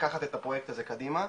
לקחת את הפרויקט הזה קדימה,